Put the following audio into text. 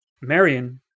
Marion